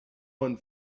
one